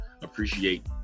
appreciate